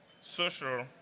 social